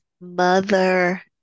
Mother